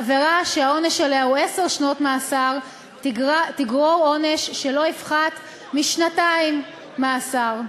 עבירה שהעונש עליה הוא עשר שנות מאסר תגרור עונש שלא יפחת משנתיים מאסר.